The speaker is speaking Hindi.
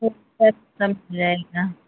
रहेगा